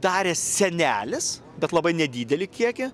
darė senelis bet labai nedidelį kiekį